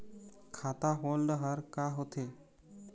खाता होल्ड हर का होथे?